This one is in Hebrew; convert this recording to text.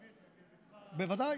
בוודאי.